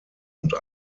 und